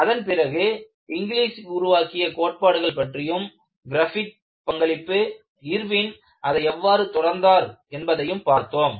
அதன் பிறகு இங்லிஸ் உருவாக்கிய கோட்பாடுகள் பற்றியும் கிரிஃபித்தின் பங்களிப்பு இர்வின் அதை எவ்வாறு தொடர்ந்தார் என்பதை நாம் பார்த்தோம்